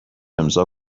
امضاء